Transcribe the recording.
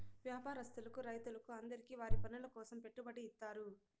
వ్యాపారస్తులకు రైతులకు అందరికీ వారి పనుల కోసం పెట్టుబడి ఇత్తారు